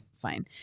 Fine